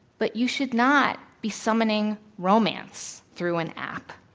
but you should not be summoning romance through an app.